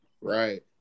Right